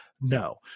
No